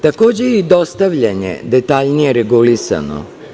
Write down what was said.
Takođe je i dostavljanje detaljnije regulisano.